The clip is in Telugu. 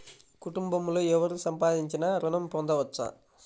కుటుంబంలో ఎవరు సంపాదించినా ఋణం పొందవచ్చా?